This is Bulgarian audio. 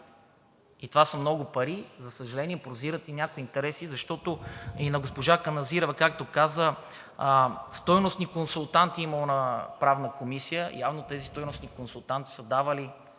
Това са много пари, за съжаление, прозират и някои интереси, защото – и на госпожа Каназирева, както каза, стойностни консултанти имало на Правната комисия, явно тези стойностни консултанти са давали